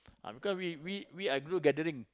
ah because we we we are group gathering